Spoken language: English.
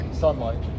sunlight